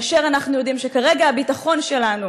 כאשר אנחנו יודעים שכרגע הביטחון שלנו,